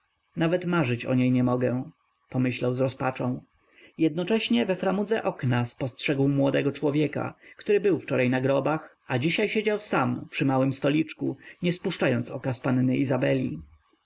nawet marzyć o niej nie mogę pomyślał z rozpaczą jednocześnie we framudze okna spostrzegł młodego człowieka który był wczoraj na grobach a dziś siedział sam przy małym stoliczku nie spuszczając oka z panny izabeli